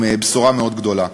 עם בשורה מאוד גדולה.